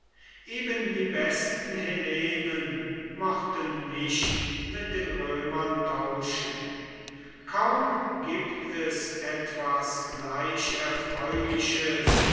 eben die besten hellenen mochten nicht mit den römern tauschen kaum gibt es etwas gleich erfreuliches